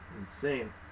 insane